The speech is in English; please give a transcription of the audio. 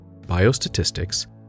biostatistics